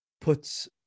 puts